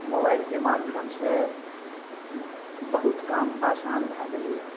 मोबाइलके माध्यमसे बहुत काम आसान भै गेलैए